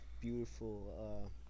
beautiful